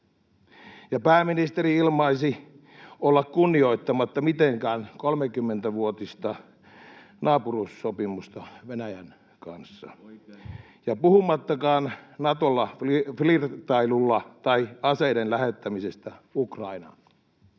pääministeri ilmaisi olla kunnioittamatta mitenkään 30-vuotista naapuruussopimusta Venäjän kanssa, [Perussuomalaisten ryhmästä: Oikein!] ja puhumattakaan Natolle flirttailusta tai aseiden lähettämisestä Ukrainaan.